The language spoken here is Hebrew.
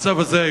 ובמצב הזה,